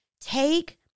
Take